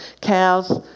Cows